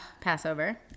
Passover